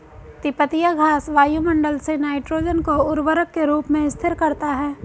तिपतिया घास वायुमंडल से नाइट्रोजन को उर्वरक के रूप में स्थिर करता है